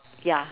ya